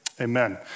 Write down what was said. amen